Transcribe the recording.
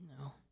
No